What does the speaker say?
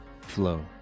flow